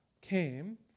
came